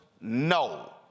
No